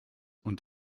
und